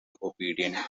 obedient